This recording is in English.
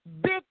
big